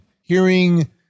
hearing